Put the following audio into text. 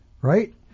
right